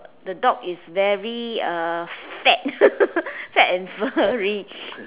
the dog is very uh fat fat and furry